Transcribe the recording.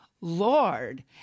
Lord